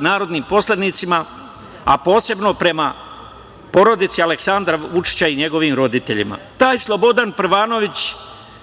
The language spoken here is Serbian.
narodnim poslanicima, a posebno prema porodici Aleksandra Vučića i njegovim roditeljima. Taj Slobodan Prvanović